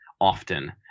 often